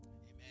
Amen